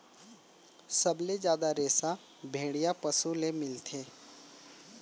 सबले जादा रेसा भेड़िया पसु ले मिलथे